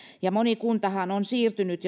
ja moni kuntahan on siirtynyt